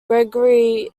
gregory